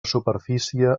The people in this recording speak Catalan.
superfície